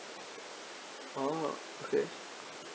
orh okay